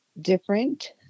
different